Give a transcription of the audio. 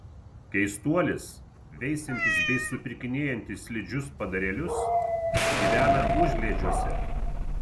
keistuolis veisiantis bei supirkinėjantis slidžius padarėlius gyvena užliedžiuose